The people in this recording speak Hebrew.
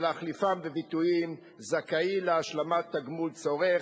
ולהחליפן בביטויים "זכאי להשלמת תגמול צורך"